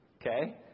Okay